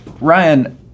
Ryan